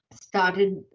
started